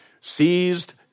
seized